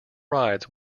rides